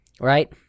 right